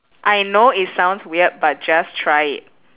I know it sounds weird but just try it